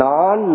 Non